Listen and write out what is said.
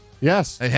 Yes